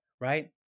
right